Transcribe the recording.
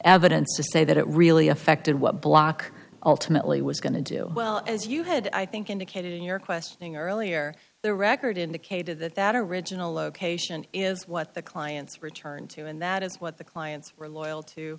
evidence to say that it really affected what block ultimately was going to do well as you had i think indicated your questioning earlier the record indicated that that original location is what the clients returned to and that is what the clients were loyal to